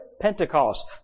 Pentecost